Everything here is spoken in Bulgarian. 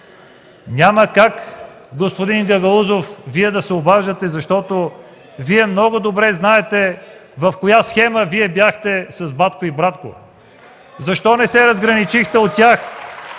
Няма как, господин Гагаузов, да се обаждате, защото много добре знаете Вие в коя схема бяхте – с „Батко и Братко”! Защо не се разграничихте от тях?